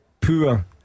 Poor